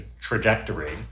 trajectory